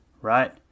right